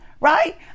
right